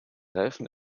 reifen